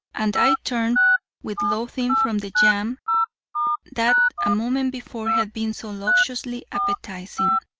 and i turned with loathing from the jam that a moment before had been so lusciously appetising.